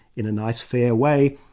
in a nice fair way,